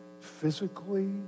physically